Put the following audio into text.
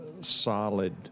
solid